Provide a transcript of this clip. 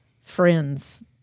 friends